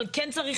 אבל כן צריך,